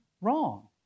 wrong